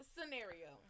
Scenario